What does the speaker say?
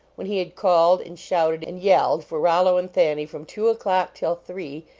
when he had called, and shouted, and yelled for rollo and thanny from two o clock till three,